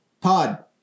Pod